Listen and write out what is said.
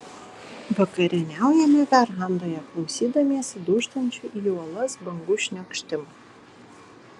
vakarieniaujame verandoje klausydamiesi dūžtančių į uolas bangų šniokštimo